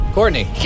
Courtney